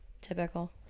typical